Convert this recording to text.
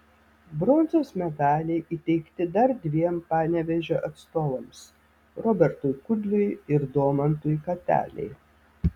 bronzos medaliai įteikti dar dviem panevėžio atstovams robertui kudliui ir domantui katelei